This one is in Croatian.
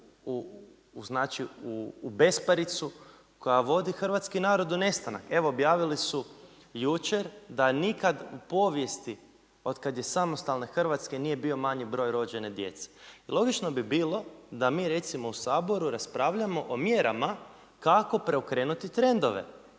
u besparicu, koja vodi hrvatski narod u nestanak. Evo objavili su jučer da nikada u povijesti od kada je samostalne Hrvatske nije bilo manji broj rođene djece. I logičko bi bilo da mi recimo u Saboru raspravljamo o mjerama kako preokrenuti trendove,